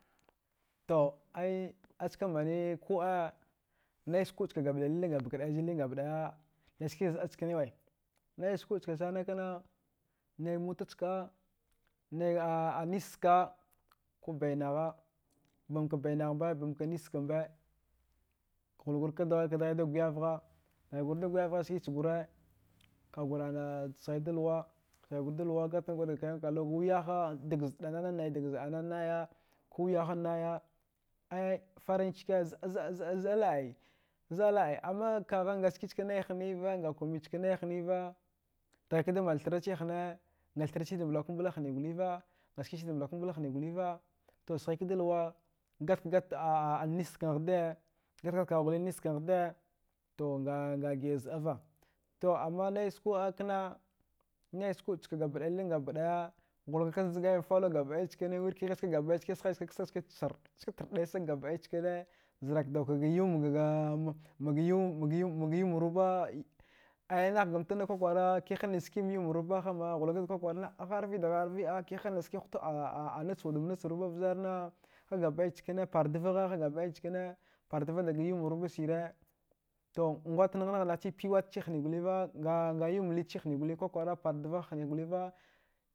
To ai askamina kuɗa nais skuɗchka gamɗai liling gabɗai liling gubɗaiya naiski zɗa chkinewe nais kuɗchka sanakna nai motachka nai a anischka kobainagha. bamka bainaghmba banka nischkna mba blaghurka dghaida guyavgha dghaigurda guyava skichgura kagur ana sghaida luwa sghaigura luwa gatnughat gur ga kayan kallu gawiyaha dag zɗanana nai dag zɗanana naya kuwiyaha naya ai farinchike zɗa laɗ ai zɗa laɗai amma kagha ngaskichka nai hniva ngakumichkanai hniva dghaikada manthrachi hnee nga thrachida mbalkumbla hni goliva ngaskisskida mblakumbla hni guliva to sghikada luwa gatkagat nis chkan ghdee gatagat kagh gole nis chkan ghdee to nga ngaghiɗa zɗava to amma nais kuɗa kna naiz kuɗ chka gabɗai liling gabɗaya ghulaka kanjgayan falo gabɗaya wirghigh ksa gabɗai chkane sghaichka ksag chkani charɗ ska tarɗa sag gabɗai chkane zarakdauka gayau mgaga magayau mruba ai nahgamtana kwakwara kihanachski myaumruba hama balakakda kwakwara naɗ gha. arvid gha. arvi kiha nachski huta a. anach wud manach ruba vgharna hagabɗai chkane pardvagha ha gabɗai chkan, pardva dga yau mruba sira to ngwata naghan naghagh naghcki piya watchi hnee goliva nga nga yau mlidchi hni goliva kwakwara pardvahha hni goliva.